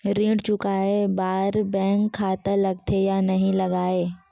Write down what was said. ऋण चुकाए बार बैंक खाता लगथे या नहीं लगाए?